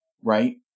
right